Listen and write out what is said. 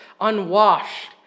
unwashed